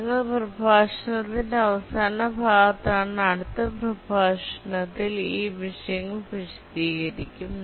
ഞങ്ങൾ പ്രഭാഷണത്തിന്റെ അവസാന ഭാഗത്താണ് അടുത്ത പ്രഭാഷണത്തിൽ ഈ വിഷയങ്ങൾ വിശദീകരിക്കും